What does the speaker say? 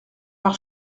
par